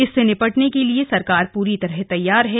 इससे निपटने के लिए सरकार पूरी तरह से तैयार है